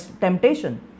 temptation